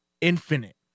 infinite